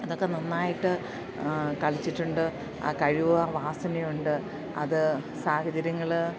അതൊക്കെ നന്നായിട്ട് കളിച്ചിട്ടുണ്ട് ആ കഴിവ് ആ വാസനയുണ്ട് അത് സാഹചര്യങ്ങൾ